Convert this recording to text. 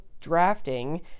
drafting